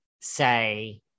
say